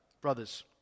brothers